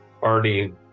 Arnie